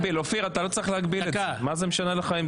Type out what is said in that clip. אופיר, אתה לא צריך להגביל את זה, מה זה משנה לך?